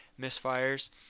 misfires